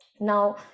Now